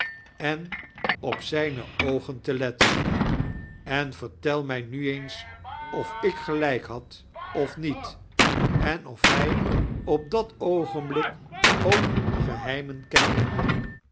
en op zijne oogen te letten en veirtel mij nu eens of ik gelijk had of niet en of hij op dat oogenblik ook geheimen kemde